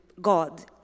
God